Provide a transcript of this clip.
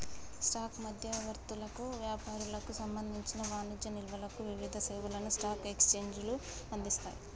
stock మధ్యవర్తులకు, వ్యాపారులకు సంబంధించిన వాణిజ్య నిల్వలకు వివిధ సేవలను స్టాక్ ఎక్స్చేంజ్లు అందిస్తయ్